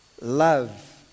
Love